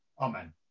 Amen